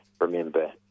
remember